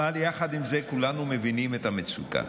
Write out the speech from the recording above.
יחד עם זה, כולנו מבינים את המצוקה.